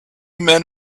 men